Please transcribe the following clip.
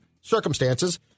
circumstances